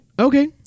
Okay